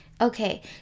Okay